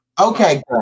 Okay